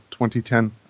2010